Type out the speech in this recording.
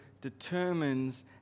determines